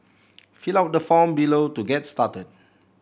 fill out the form below to get started